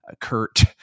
Kurt